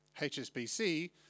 HSBC